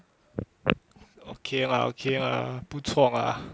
okay lah okay lah 不错 mah